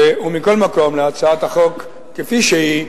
מכל מקום, להצעת החוק, כפי שהיא,